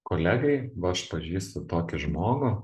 kolegai va aš pažįstu tokį žmogų